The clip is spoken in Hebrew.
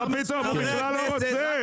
מה פתאום, הוא בכלל לא רוצה.